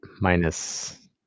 minus